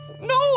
No